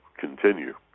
continue